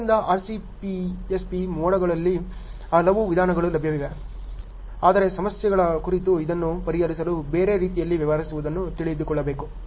ಆದ್ದರಿಂದ RCPSP ಮೋಡ್ಗಳಲ್ಲಿ ಹಲವು ವಿಧಾನಗಳು ಲಭ್ಯವಿವೆ ಆದರೆ ಸಮಸ್ಯೆಗಳ ಕುರಿತು ಇದನ್ನು ಪರಿಹರಿಸಲು ಬೇರೆ ರೀತಿಯಲ್ಲಿ ವ್ಯವಹರಿಸುವುದನ್ನು ತಿಳಿದುಕೊಳ್ಳಬೇಕು